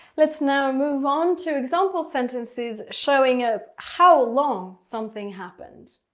let's now move on to example sentences showing us how long something happened.